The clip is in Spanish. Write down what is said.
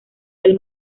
del